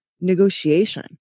negotiation